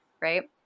right